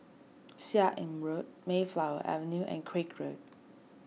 Seah Im Road Mayflower Avenue and Craig Road